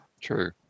True